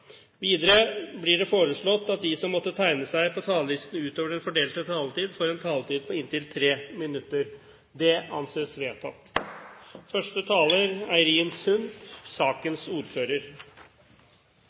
Videre blir det foreslått at de som måtte tegne seg på talerlisten utover den fordelte taletid, får en taletid på inntil 3 minutter. – Det anses vedtatt. Saken